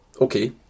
okay